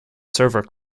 server